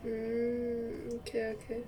mm okay okay